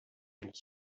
little